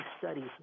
studies